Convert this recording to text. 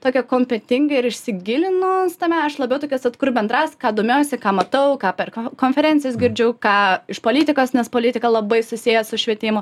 tokia kompetinga ir išsigilinu tame aš labiau tokia esu kur bendras ką domiuosi ką matau ką per ką konferencijas girdžiu ką iš politikos nes politika labai susiję su švietimu